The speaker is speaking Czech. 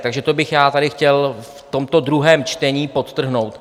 Takže to bych tady chtěl v tomto druhém čtení podtrhnout.